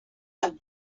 have